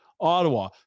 Ottawa